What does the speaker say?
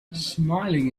smiling